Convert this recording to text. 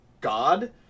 god